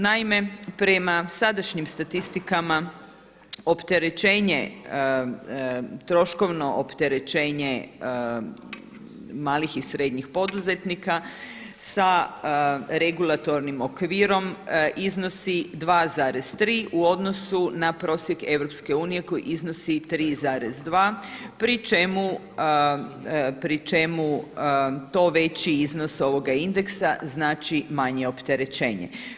Naime, prema sadašnjim statistikama opterećenje, troškovno opterećenje malih i srednjih poduzetnika sa regulatornim okvirom iznosi 2,3 u odnosu na prosjek EU koji iznosi 3,2 pri čemu to veći iznos ovoga indeksa znači manje opterećenje.